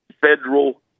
federal